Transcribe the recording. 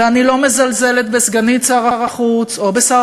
ואני לא מזלזלת בסגנית שר החוץ או בשר